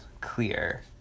clear